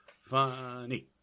funny